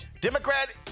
Democrat